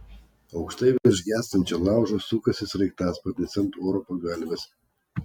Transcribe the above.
aukštai virš gęstančio laužo sukasi sraigtasparnis ant oro pagalvės